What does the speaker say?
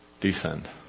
descend